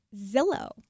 Zillow